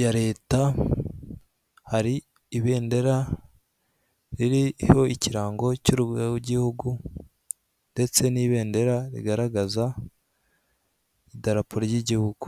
ya leta, hari ibendera ririho ikirango cy'urugaga rw'igihugu ndetse n'ibendera rigaragaza idarapo ry'igihugu.